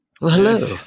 Hello